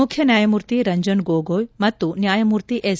ಮುಖ್ಯ ನ್ಯಾಯಮೂರ್ತಿ ರಂಜನ್ ಗೊಗಾಯ್ ಮತ್ತು ನ್ಯಾಯಮೂರ್ತಿ ಎಸ್